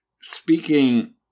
speaking